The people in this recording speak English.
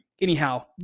anyhow